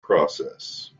process